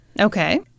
Okay